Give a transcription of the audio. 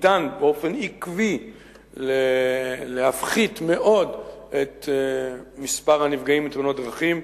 ניתן באופן עקבי להפחית מאוד את מספר הנפגעים מתאונות דרכים.